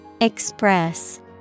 Express